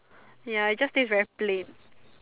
ya it just taste very plain